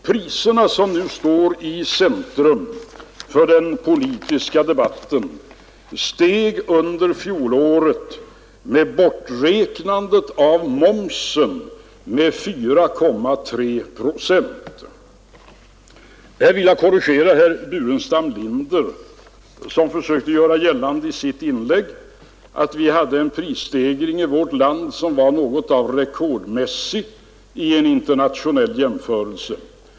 Priserna, som nu står i centrum för den politiska debatten, steg under fjolåret med 4,3 procent, momsen borträknad. Därvid vill jag korrigera herr Burenstam Linder som i sitt inlägg försökte göra gällande att vi här i vårt land hade något av en rekordmässig prisstegring, om man gör internationella jämförelser.